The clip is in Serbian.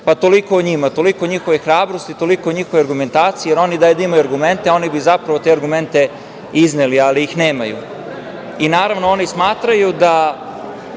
Toliko o njima, toliko o njihovoj hrabrosti, toliko o njihovoj argumentaciji, jer oni da imaju argumente, oni bi zapravo te argumente izneli, ali ih nemaju. Naravno, oni smatraju da